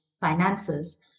finances